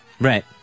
Right